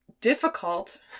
difficult